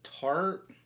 tart